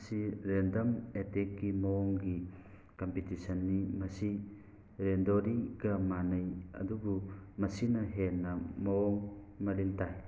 ꯑꯁꯤ ꯔꯦꯟꯗꯝ ꯑꯦꯇꯦꯛꯀꯤ ꯃꯑꯣꯡꯒꯤ ꯀꯝꯄꯤꯇꯤꯁꯟꯅꯤ ꯃꯁꯤ ꯔꯦꯟꯗꯣꯔꯤꯒ ꯃꯥꯟꯅꯩ ꯑꯗꯨꯕꯨ ꯃꯁꯤꯅ ꯍꯦꯟꯅ ꯃꯑꯣꯡ ꯃꯔꯤꯟ ꯇꯥꯏ